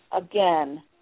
again